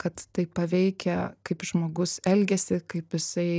kad tai paveikia kaip žmogus elgiasi kaip jisai